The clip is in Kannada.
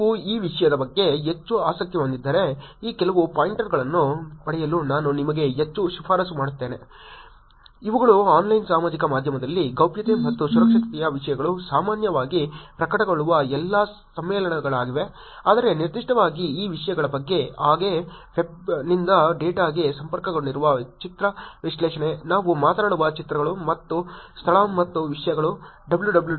ನೀವು ಈ ವಿಷಯದ ಬಗ್ಗೆ ಹೆಚ್ಚು ಆಸಕ್ತಿ ಹೊಂದಿದ್ದರೆ ಈ ಕೆಲವು ಪಾಯಿಂಟರ್ಗಳನ್ನು ಪಡೆಯಲು ನಾನು ನಿಮಗೆ ಹೆಚ್ಚು ಶಿಫಾರಸು ಮಾಡುತ್ತೇವೆ ಇವುಗಳು ಆನ್ಲೈನ್ ಸಾಮಾಜಿಕ ಮಾಧ್ಯಮದಲ್ಲಿ ಗೌಪ್ಯತೆ ಮತ್ತು ಸುರಕ್ಷತೆಯ ವಿಷಯಗಳು ಸಾಮಾನ್ಯವಾಗಿ ಪ್ರಕಟಗೊಳ್ಳುವ ಎಲ್ಲಾ ಸಮ್ಮೇಳನಗಳಾಗಿವೆ ಆದರೆ ನಿರ್ದಿಷ್ಟವಾಗಿ ಈ ವಿಷಯಗಳ ಬಗ್ಗೆ ಹಾಗೆ ವೆಬ್ನಿಂದ ಡೇಟಾಗೆ ಸಂಪರ್ಕಗೊಂಡಿರುವ ಚಿತ್ರ ವಿಶ್ಲೇಷಣೆ ನಾವು ಮಾತನಾಡುವ ಚಿತ್ರಗಳು ಮತ್ತು ಸ್ಥಳ ಮತ್ತು ವಿಷಯಗಳು